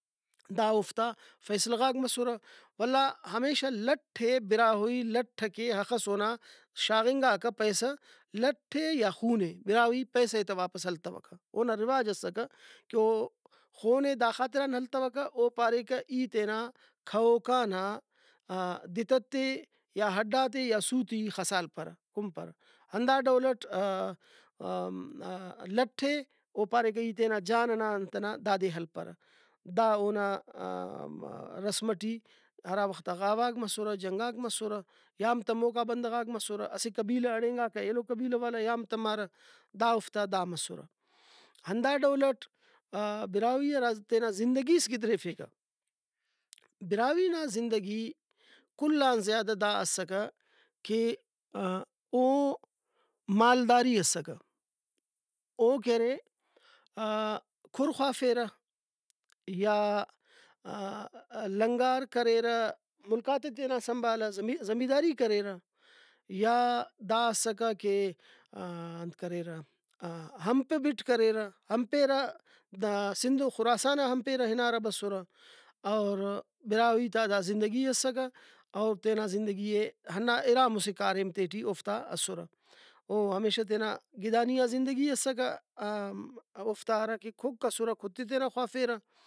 دا اوفتا فیصلہ غاک مسرہ ولا ہمیشہ لٹ ئے براہوئی لٹ ئکہ اخس اونا شاغنگاکہ پیسہ لٹ ئے یا خون ئے براہوئی پیسہ ئے تہ واپس التوکہ اونا رواج اسکہ کہ او خونے دا خاطران ہلتوکہ او پاریکہ ای تینا کہوکانا دترتے یا ہڈاتے یا سُوتے ای خسالپرہ کُنپرہ ہندا ڈولٹ لٹ ئے او پاریکہ ای تینا جان ئنا انت ئنا دادے ہلپرہ دا اونا رسم ٹی ہرا وختا غاواک مسرہ جنگاک مسرہ یام تموکا بندغاک مسرہ اسہ قبیلہ ہڑینگاکہ ایلو قبیلہ والا یام تمارہ دا اوفتا دا مسرہ ہندا ڈولٹ براہوئی ہرا تینا زندگیس گدریفیکہ براہوئی نا زندگی کل آن زیادہ دا اسکہ کہ او مالداری اسکہ او کہ ارے کھر خوافیرہ یا لنگار کریرہ مُلکاتے تینا سنبھالار زمینداری کریرہ یا دا اسکہ کہ انت کریرہ ہمپ ءَ بٹ کریرہ ہمپیرہ دا سندھ ؤ خراسانا ہمپیرہ ہنارہ بسُرہ اور براہوئی تا دا زندگی اسکہ اور تینا زندگی ئے ہنا اِرا مُسہ کاریم تے ٹی اوفتا اسرہ او ہمیشہ تینا گدانیئا زندگی اسکہ اوفتا کہ کُھرک اسرہ کھر تے تینا خوافیرہ